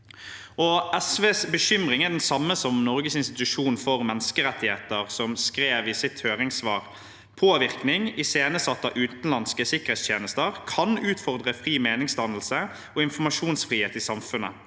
SVs bekymring er den samme som den til Norges institusjon for menneskerettigheter, som skrev i sitt høringssvar: «Påvirkning iscenesatt av utenlandske sikkerhetstjenester kan utfordre fri meningsdannelse og informasjonsfrihet i samfunnet.